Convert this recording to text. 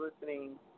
listening